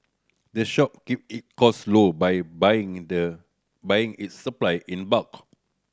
the shop keep it cost low by buying the buying its supply in bulk